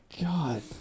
God